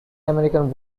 american